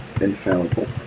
infallible